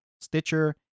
Stitcher